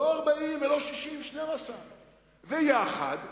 לא 40 ולא 60, 12. ויחד,